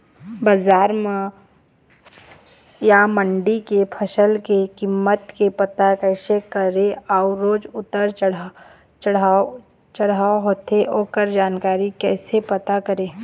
बजार या मंडी के फसल के कीमत के पता कैसे करें अऊ रोज उतर चढ़व चढ़व होथे ओकर जानकारी कैसे पता करें?